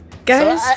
Guys